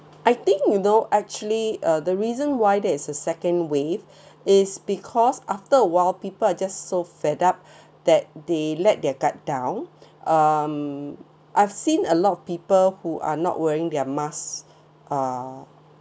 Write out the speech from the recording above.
I think you know actually uh the reason why there is a second wave is because after a while people are just so fed up that they let their guard down um I've seen a lot of people who are not wearing their mask uh